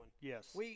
Yes